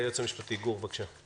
היועץ המשפטי, גור בליי, בבקשה.